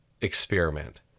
experiment